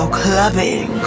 clubbing